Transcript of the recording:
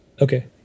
Okay